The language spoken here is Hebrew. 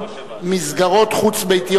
תועבר לוועדת